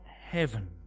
heaven